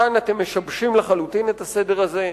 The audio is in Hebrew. כאן אתם משבשים לחלוטין את הסדר הזה.